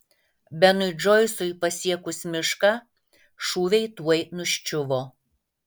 benui džoisui pasiekus mišką šūviai tuoj nuščiuvo